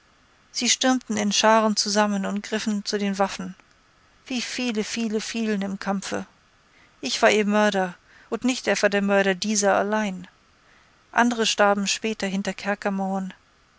sie stürmten in scharen zusammen und griffen zu den waffen wie viele viele fielen im kampfe ich war ihr mörder und nicht etwa der mörder dieser allein andere starben später hinter